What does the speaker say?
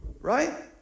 right